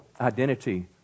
identity